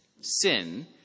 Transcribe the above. sin